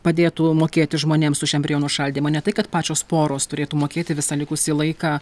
padėtų mokėti žmonėms už embrionų šaldymą ne tai kad pačios poros turėtų mokėti visą likusį laiką